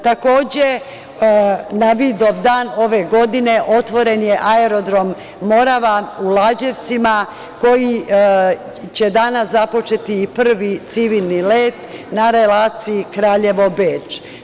Takođe, na Vidovdan ove godine otvoren je aerodrom „Morava“ u Lađevcima, koji će danas započeti i prvi civilni let na relaciji Kraljevo-Beč.